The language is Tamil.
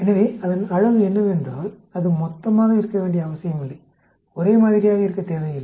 எனவே அதன் அழகு என்னவென்றால் அது மொத்தமாக இருக்க வேண்டிய அவசியமில்லை ஒரே மாதிரியாக இருக்க தேவையில்லை